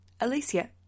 Alicia